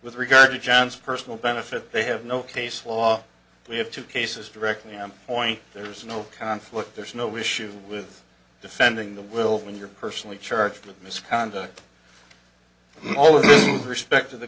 with regard to john's personal benefit they have no case law we have two cases directly on point there's no conflict there's no issue with defending the will when you're personally charged with misconduct all of the respect of the